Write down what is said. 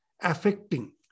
affecting